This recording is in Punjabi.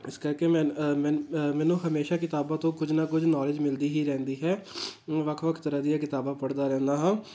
ਇਸ ਕਰਕੇ ਮੈਂ ਮੈਂ ਮੈਨੂੰ ਹਮੇਸ਼ਾਂ ਕਿਤਾਬਾਂ ਤੋਂ ਕੁਝ ਨਾ ਕੁਝ ਨੌਲੇਜ ਮਿਲਦੀ ਹੀ ਰਹਿੰਦੀ ਹੈ ਵੱਖ ਵੱਖ ਤਰ੍ਹਾਂ ਦੀਆਂ ਕਿਤਾਬਾਂ ਪੜ੍ਹਦਾ ਰਹਿੰਦਾ ਹਾਂ